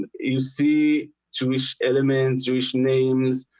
you see jewish elements jewish names,